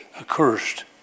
Accursed